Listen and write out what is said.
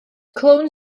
clywn